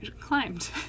climbed